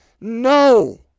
No